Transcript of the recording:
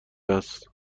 است